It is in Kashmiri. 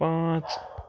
پانٛژھ